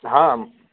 हाँ